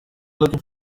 looking